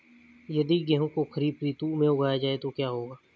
यदि गेहूँ को खरीफ ऋतु में उगाया जाए तो क्या होगा?